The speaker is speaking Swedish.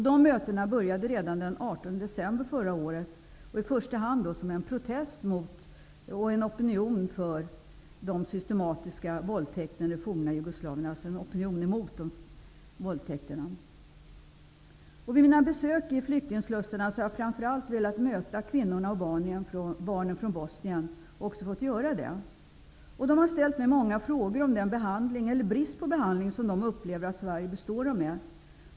Dessa möten började vi med redan den 18 december förra året, i första hand som en protest och en opinion mot de systematiska våldtäkterna i det forna Jugoslavien. Vid mina besök i flyktingslussarna har jag framför allt velat möta kvinnorna och barnen från Bosnien. Jag har också fått göra det. De har ställt mig många frågor om den behandling eller brist på behandling som de upplever att Sverige bistår dem med.